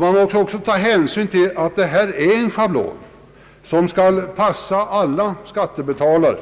Man måste också ta hänsyn till att detta är en schablon som skall passa alla skattebetalare